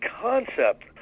concept